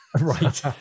right